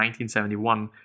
1971